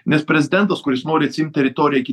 nes prezidentas kuris nori atsiimt teritoriją iki